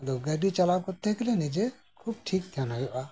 ᱜᱟᱹᱰᱤ ᱪᱟᱞᱟᱣ ᱠᱚᱨᱛᱮ ᱜᱮᱞᱮ ᱱᱤᱡᱮ ᱠᱷᱩᱵ ᱴᱷᱤᱠ ᱛᱟᱸᱦᱮᱱ ᱦᱩᱭᱩᱜᱼᱟ